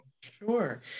Sure